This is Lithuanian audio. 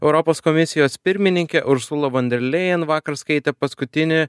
europos komisijos pirmininkė ursula von derlėjen vakar skaitė paskutinį